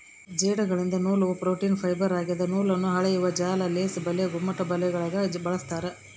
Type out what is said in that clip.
ಜೇಡಗಳಿಂದ ನೂಲುವ protein fibre ಆಗಿದೆ ನೂಲನ್ನು ಹಾಳೆಯ ಜಾಲ ಲೇಸ್ ಬಲೆ ಗುಮ್ಮಟದಬಲೆಗಳಿಗೆ ಬಳಸ್ತಾರ